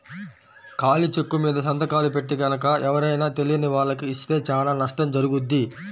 ఖాళీ చెక్కుమీద సంతకాలు పెట్టి గనక ఎవరైనా తెలియని వాళ్లకి ఇస్తే చానా నష్టం జరుగుద్ది